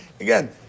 Again